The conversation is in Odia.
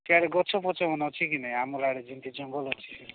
ସେଆଡ଼େ ଗଛପଛ ମାନ ଅଛି କି ନାଇଁ ଆମର୍ ଆଡ଼େ ଯେମିତି ଜଙ୍ଗଲ ଅଛି